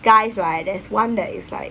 guys right there is one that is like